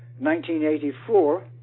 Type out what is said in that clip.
1984